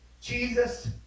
Jesus